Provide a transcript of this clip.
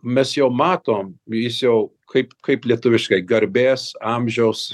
mes jau matom jis jau kaip kaip lietuviškai garbės amžiaus